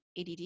ADD